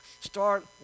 start